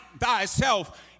thyself